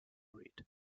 married